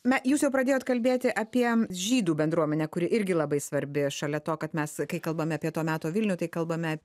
na jūs jau pradėjot kalbėti apie žydų bendruomenę kuri irgi labai svarbi šalia to kad mes kai kalbame apie to meto vilnių tai kalbame